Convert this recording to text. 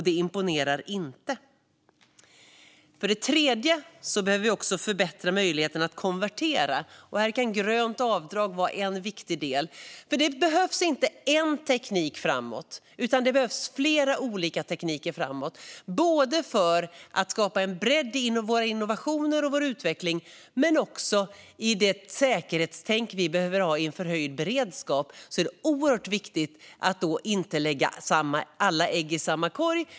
Det imponerar inte. Vi behöver också förbättra möjligheten att konvertera, och här kan grönt avdrag vara en viktig del. Det behövs inte en teknik framåt, utan det behövs flera olika tekniker framåt - både för att skapa en bredd i våra innovationer och vår utveckling och för det säkerhetstänk vi behöver ha inför höjd beredskap. Då är det oerhört viktigt att inte lägga alla ägg i samma korg.